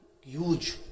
huge